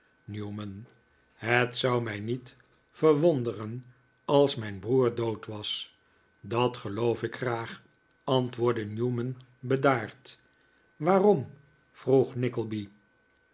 newman het zou mij niet verwonderen als mijn broer dood was dat geloof ik graag antwoordde newman bedaard waarom vroeg